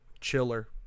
chiller